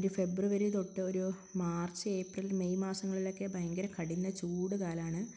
ഒരു ഫെബ്രുവരി തൊട്ടൊരു March April May മാസങ്ങളൊക്കെ ഭയങ്കരം കഠിന ചൂടുകാലാണ്